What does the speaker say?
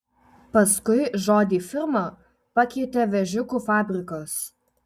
paskui žodį firma pakeitė vėžiukų fabrikas